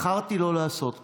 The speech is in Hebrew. ובחרתי לא לעשות כך.